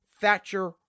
Thatcher